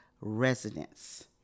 residents